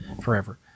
forever